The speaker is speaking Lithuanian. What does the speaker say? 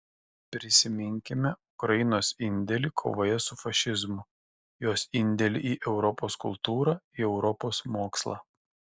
prisiminkime ukrainos indėlį kovoje su fašizmu jos indėlį į europos kultūrą į europos mokslą